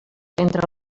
entre